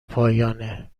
پایانه